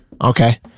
Okay